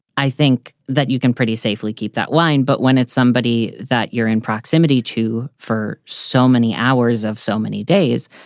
i think that you can pretty safely keep that line. but when it's somebody that you're in proximity to for so many hours of so many days,